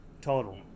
total